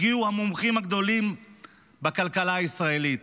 הגיעו המומחים הגדולים בכלכלה הישראלית.